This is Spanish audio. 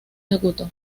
ejecutó